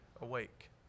awake